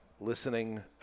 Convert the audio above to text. listening